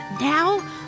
Now